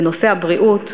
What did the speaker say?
ונושא הבריאות,